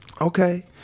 okay